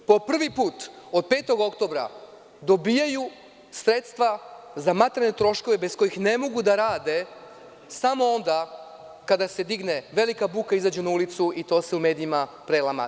Po prvi put, od 5. oktobra, dobijaju sredstva za materijalne troškove bez kojih ne mogu da rade samo onda kada se digne velika buka, izađu na ulicu i to se u medijima prelama.